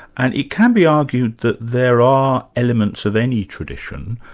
and it can be argued that there are elements of any tradition,